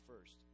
first